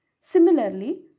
Similarly